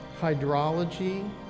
hydrology